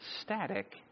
static